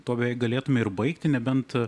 tuo beveik galėtume ir baigti nebent